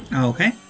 Okay